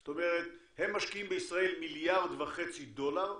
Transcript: זאת אומרת הם משקיעים בישראל מיליארד וחצי דולר,